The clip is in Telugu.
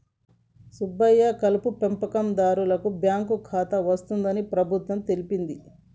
సుబ్బయ్య కలుపు పెంపకందారులకు బాంకు ఖాతా వస్తుందని ప్రభుత్వం తెలిపింది